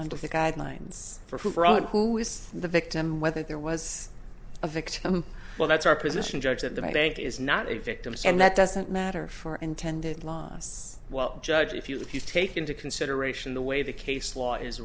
under the guidelines for her own who is the victim whether there was a victim well that's our position judge that the bank is not a victims and that doesn't matter for intended law well judge if you take into consideration the way the case law is